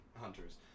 hunters